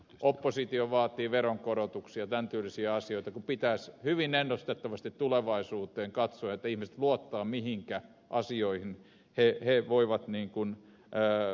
oppositio vaatii veronkorotuksia ja tämän tyylisiä asioita kun pitäisi hyvin ennustettavasti tulevaisuuteen katsoa niin että ihmiset luottavat mihinkä asioihin he voivat tukeutua